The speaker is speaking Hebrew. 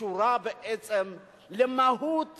קשורה בעצם למהות